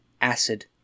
acid